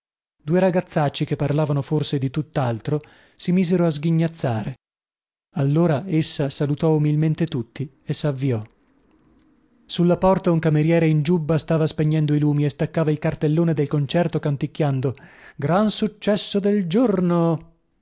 due ragazzacci che parlavano forse di tuttaltro si misero a sghignazzare allora essa salutò umilmente tutti e savviò sulla porta un cameriere in giubba stava spengendo i lumi e staccava il cartellone del concerto canticchiando gran successo del giorno